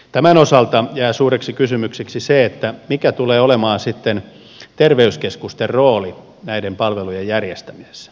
tämän osalta jää suureksi kysymykseksi se mikä tulee olemaan sitten terveyskeskusten rooli näiden palvelujen järjestämisessä